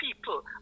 people